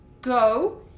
go